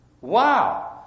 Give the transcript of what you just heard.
Wow